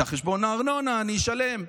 את חשבון הארנונה אני אשלם,